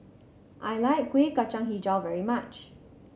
I like Kueh Kacang Hijau very much